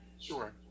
Sure